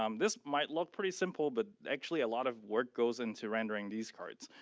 um this might look pretty simple, but actually a lot of work goes into rendering these cards.